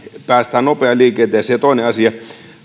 päästään nopeaan liikenteeseen toinen asia